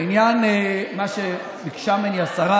בעניין מה שביקשה ממני השרה,